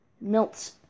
Melts